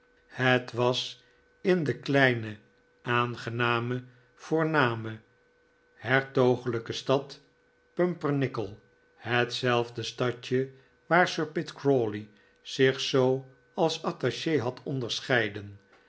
het was in de kleine aangename voorname hertogelijke stad pumpernickel hetzelfde stadje waar sir pitt crawley zich zoo als attache had onderscheiden